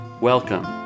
Welcome